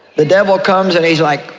the devil comes and he's, like,